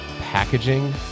packaging